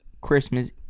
Christmas